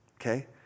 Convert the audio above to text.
Okay